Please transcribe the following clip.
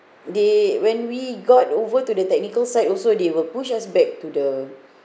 they when we got over to the technical side also they will push us back to the